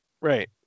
right